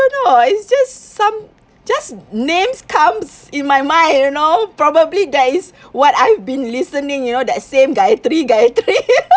know it's is just some just names comes in my mind you know probably that is what I've been listening you know that same gaithry gaithry